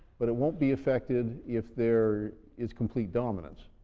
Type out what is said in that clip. but it won't be affected if there is complete dominance.